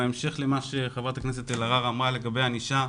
בהמשך למה שאמרה חברת הכנסת אלהרר לגבי ענישה.